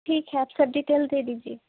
ٹھیک ہے آج کا ڈیٹیل دے دیجئے